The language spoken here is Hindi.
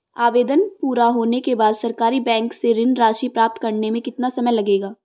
आवेदन पूरा होने के बाद सरकारी बैंक से ऋण राशि प्राप्त करने में कितना समय लगेगा?